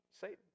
Satan